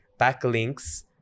Backlinks